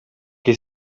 che